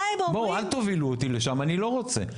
בואו אל תובילו אותי לשם אני לא רוצה,